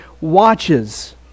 watches